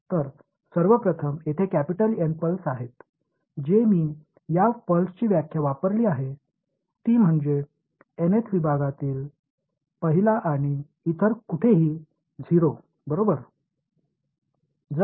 எனவே முதலில் capital N pulses வகைகள் உள்ளன இது1 nth பிரிவுக்குள் மற்றும் 0 எல்லா இடங்களிலும் இந்த பல்ஸ் வரையறையை நான் பயன்படுத்தினேன்